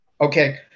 Okay